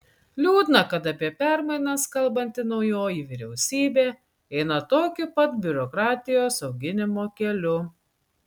liūdna kad apie permainas kalbanti naujoji vyriausybė eina tokiu pat biurokratijos auginimo keliu